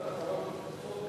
מה עם